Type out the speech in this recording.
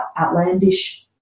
outlandish